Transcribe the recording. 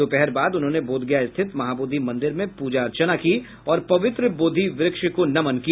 दोपहर बाद उन्होंने बोधगया स्थित महाबोधि मंदिर में पूजा अर्चना की और पवित्र बोधि व्रक्ष को नमन किया